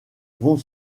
vont